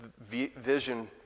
vision